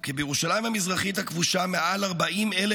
כי בירושלים המזרחית הכבושה מעל 40,000